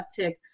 uptick